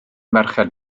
merched